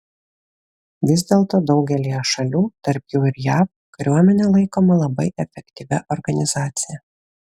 vis dėlto daugelyje šalių tarp jų ir jav kariuomenė laikoma labai efektyvia organizacija